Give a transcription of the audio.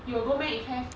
you will go meh if has